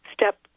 step